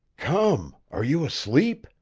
come! are you asleep?